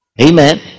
Amen